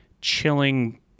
chilling